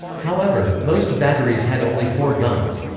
however, most batteries had only four guns.